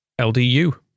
LDU